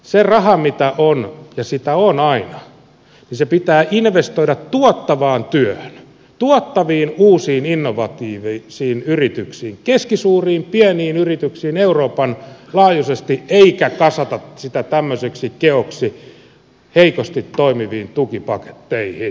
se raha mitä on ja sitä on aina pitää investoida tuottavaan työhön tuottaviin uusiin innovatiivisiin yrityksiin keskisuuriin pieniin yrityksiin euroopan laajuisesti eikä kasata sitä tämmöiseksi keoksi heikosti toimiviin tukipaketteihin